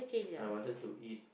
I wanted to eat